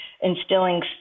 instilling